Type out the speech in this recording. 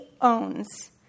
owns